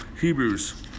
Hebrews